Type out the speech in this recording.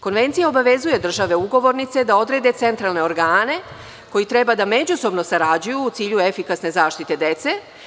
Konvencija obavezuje države ugovornice da odrede centralne organe koji treba da međusobno sarađuju u cilju efikasne zaštite dece.